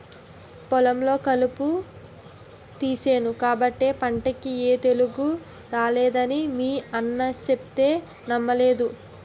పొలంలో కలుపు తీసేను కాబట్టే పంటకి ఏ తెగులూ రానేదని మీ అన్న సెప్తే నమ్మలేదు